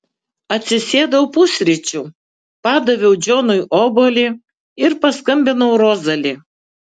atsisėdau pusryčių padaviau džonui obuolį ir paskambinau rozali